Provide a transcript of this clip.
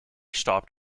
stopped